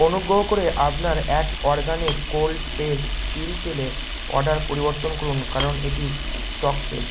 অনুগোহ করে আবনার এক অরগ্যানিক কোল্ড পেস্ট তিল তেলের অর্ডার পরিবর্তন করুন কারণ এটি স্টক শেষ